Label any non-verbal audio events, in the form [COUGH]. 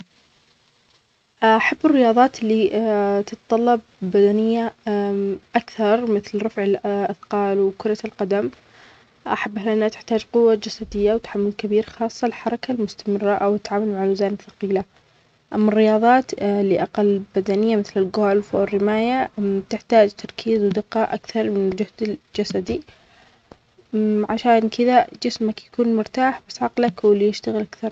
احب الرياضات اللي [HESITATION] تتطلب بدنية [HESITATION] اكثر مثل رفع ال-الاثقال وكرة القدم احبها لانها تحتاج قوة جسدية وتحمل كبير خاصة الحركة المستمرة او التعامل مع اوزان ثقيله اما الرياضات [HESITATION] اللي اقل بدنية مثل الجولف و الرمايه [HESITATION] تحتاج تركيز ودقة اكثر من الجهد الجسدي عشان كده جسمك يكون مرتاح بس عقلك هو اللي يشتغل اكثر.